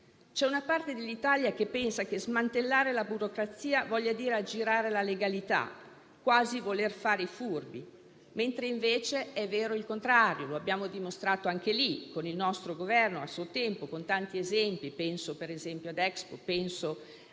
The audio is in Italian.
C'è una parte dell'Italia che pensa che smantellare la burocrazia voglia dire aggirare la legalità, quasi voler fare i furbi, mentre è vero il contrario e anche questo lo abbiamo dimostrato con il nostro Governo, a suo tempo, con tanti esempi: penso ad Expo, alla